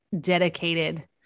dedicated